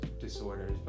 disorders